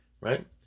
right